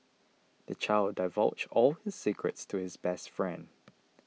the child divulged all his secrets to his best friend